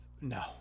No